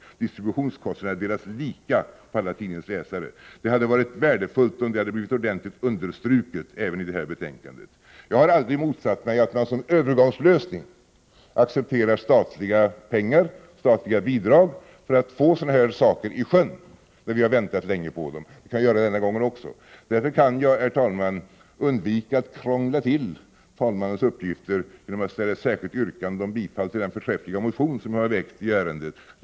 Distributionskostnaderna delas lika av alla tidningens läsare. Det hade varit värdefullt om den saken hade blivit ordentligt understruken även i detta betänkande. Jag har aldrig motsatt mig att som en övergångslösning acceptera statliga pengar eller statliga bidrag för att få sådana här saker i sjön när vi väntat så länge. Det kan vi göra den här gången också. Därför skall jag, herr talman, undvika att krångla till talmannens uppgifter genom att ställa ett särskilt yrkande om bifall till den förträffliga motion som väckts i ärendet.